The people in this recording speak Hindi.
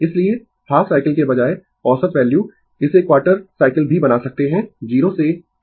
इसलिए हाफ साइकिल के बजाय औसत वैल्यू इसे क्वार्टर साइकिल भी बना सकते है 0 से T 4